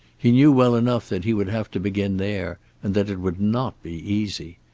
he knew well enough that he would have to begin there, and that it would not be easy.